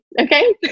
okay